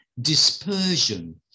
Dispersion